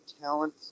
talent